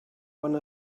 one